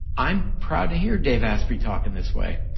i'm proud to hear dave asprey talking this way